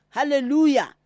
Hallelujah